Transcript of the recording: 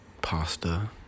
pasta